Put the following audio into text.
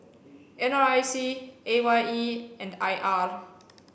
N R I C A Y E and I R